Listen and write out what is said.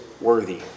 worthy